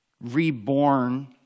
reborn